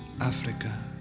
Africa